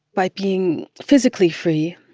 by being physically free,